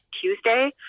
Tuesday